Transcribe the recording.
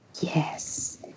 Yes